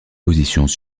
positions